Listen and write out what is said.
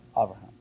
Abraham